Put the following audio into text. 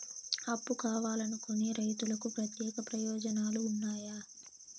అప్పు కావాలనుకునే రైతులకు ప్రత్యేక ప్రయోజనాలు ఉన్నాయా?